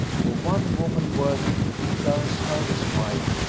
for one woman worthy to be clarence hervey's wife,